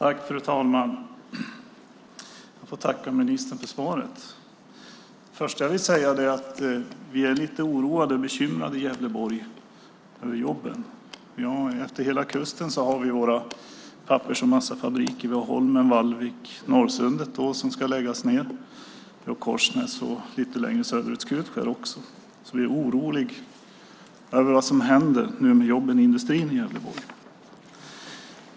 Fru talman! Jag vill tacka ministern för svaret. Först vill jag säga att vi är oroade och bekymrade för jobben i Gävleborg. Utefter hela vår kust finns pappers och massafabriker: Holmen, Vallvik, Norrsundet, som ska läggas ned, Korsnäs, och lite längre söderut finns Skutskär. Vi är oroliga över vad som nu händer med jobben i industrin i Gävleborg.